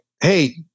hey